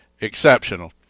exceptional